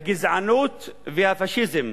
הגזענות והפאשיזם,